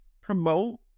promote